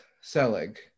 Selig